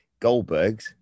Goldbergs